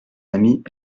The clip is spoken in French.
amis